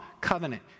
Covenant